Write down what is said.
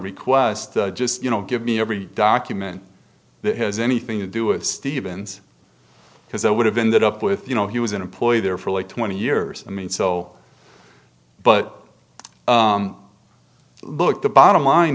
request just you know give me every document that has anything to do with stevens because i would have ended up with you know he was an employee there for like twenty years i mean so but look the bottom line